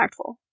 impactful